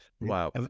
Wow